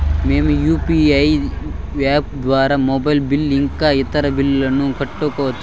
మేము UPI app ద్వారా mobile bill ఇంకా ఇతర బిల్లులను కట్టొచ్చు